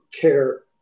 care